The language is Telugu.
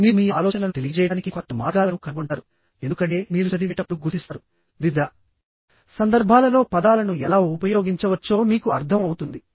మీరు మీ ఆలోచనలను తెలియజేయడానికి కొత్త మార్గాలను కనుగొంటారుఎందుకంటే మీరు చదివేటప్పుడు గుర్తిస్తారువివిధ సందర్భాలలో పదాలను ఎలా ఉపయోగించవచ్చో మీకు అర్థం అవుతుంది